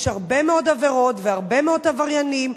יש הרבה מאוד עבירות והרבה מאוד עבריינים,